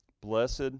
Blessed